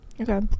okay